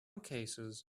cases